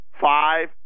five